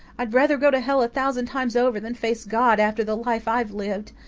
i'd rather go to hell a thousand times over than face god after the life i've lived.